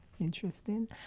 interesting